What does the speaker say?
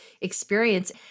experience